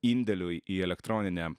indėliui į elektroninę